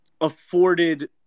afforded